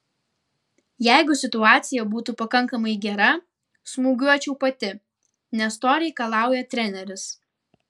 jeigu situacija būtų pakankamai gera smūgiuočiau pati nes to reikalauja treneris